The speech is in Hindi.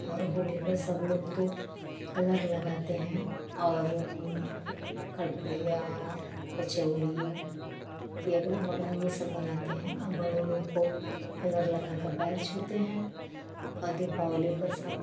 और होली पर सब लोग तो कलर लगाते हैं और खरपुड़िया कचौड़ी एगड़म बगड़म यह सब बनाते हैं और बड़ो लोग को कलर लगा कर पैर छूते हैं औ दीपावली पर सब